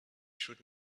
should